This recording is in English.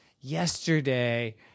yesterday